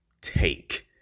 take